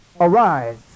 arise